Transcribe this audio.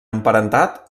emparentat